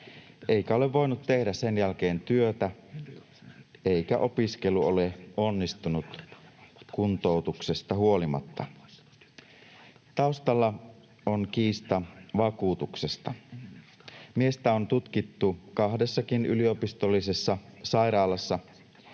eikä ole voinut tehdä sen jälkeen työtä, eikä opiskelu ole onnistunut kuntoutuksesta huolimatta. Taustalla on kiista vakuutuksesta. Miestä on tutkittu kahdessakin yliopistollisessa sairaalassa,